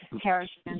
Harrison